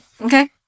okay